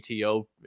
ATO